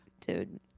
Dude